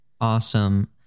awesome